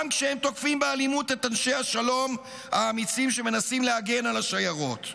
גם כשהם תוקפים באלימות את אנשי השלום האמיצים שמנסים להגן על השיירות.